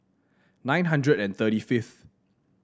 nine hundred and thirty fifth